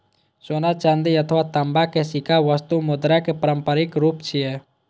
सोना, चांदी अथवा तांबाक सिक्का वस्तु मुद्राक पारंपरिक रूप छियै